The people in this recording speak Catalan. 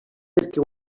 perquè